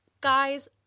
guys